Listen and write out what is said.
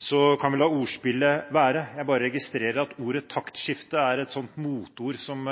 Så kan vi la ordspill være. Jeg bare registrerer at ordet «taktskifte» er et moteord som